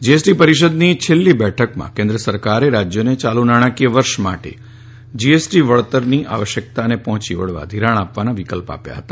GST કાઉન્સિલની છેલ્લી બેઠકમાં કેન્દ્ર સરકારે રાજ્યોને ચાલુ નાણાકીય વર્ષ માટે જીએસટી વળતરની આવશ્યકતાને પહોંચી વળવા માટે ઘિરાણ આપવાના વિકલ્પો આપ્યા હતા